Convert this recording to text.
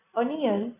onion